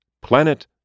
Planet